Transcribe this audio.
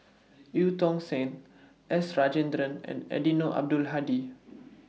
EU Tong Sen S Rajendran and Eddino Abdul Hadi